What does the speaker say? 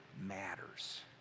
matters